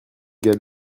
gars